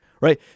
right